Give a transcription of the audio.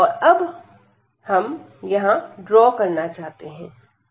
और अब हम यह ड्रॉ करना चाहते हैं